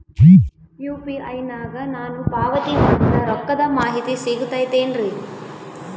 UPI ನಾಗ ನಾನು ಪಾವತಿ ಮಾಡಿದ ರೊಕ್ಕದ ಮಾಹಿತಿ ಸಿಗುತೈತೇನ್ರಿ?